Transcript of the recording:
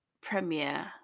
premiere